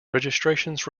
registrations